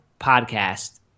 podcast